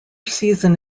season